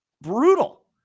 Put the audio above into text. Brutal